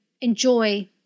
enjoy